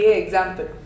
example